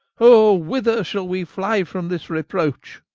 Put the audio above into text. o whither shall we flye from this reproach?